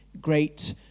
great